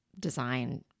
design